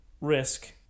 risk